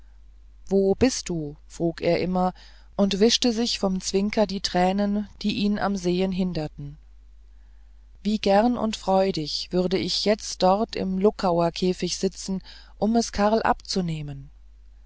wo bist du frug er immer und wischte sich vom zwicker die tränen die ihn am sehen hinderten wie gern und freudig würde ich jetzt dort im luckauer käfig sitzen um es karl abzunehmen